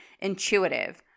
intuitive